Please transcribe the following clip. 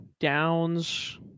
Downs